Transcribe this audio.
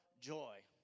joy